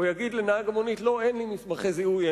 הוא יגיד לנהג המונית: אין לי מסמכי זיהוי?